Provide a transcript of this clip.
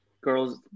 Girls